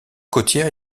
côtière